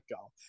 go